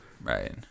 right